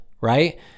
right